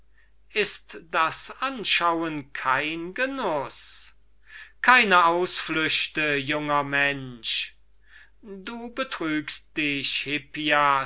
ist das anschauen kein genuß keine ausflüchte junger mensch du betrügst dich hippias